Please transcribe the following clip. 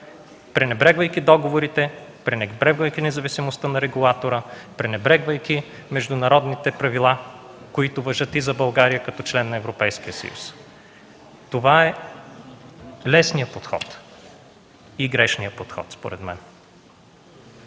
пренебрегвайки договорите, пренебрегвайки независимостта на регулатора, пренебрегвайки международните правила, които важат и за България като член на Европейския съюз. Това е лесният подход и грешният според мен.